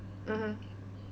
mmhmm